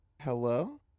Hello